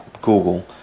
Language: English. Google